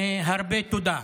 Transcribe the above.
הרבה תודה.